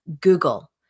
Google